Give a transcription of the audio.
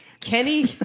Kenny